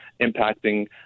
impacting